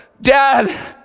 Dad